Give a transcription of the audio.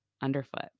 underfoot